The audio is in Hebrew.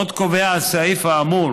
עוד קובע הסעיף האמור